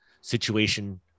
situation